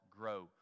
grow